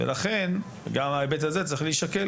לכן גם ההיבט הזה צריך להישקל.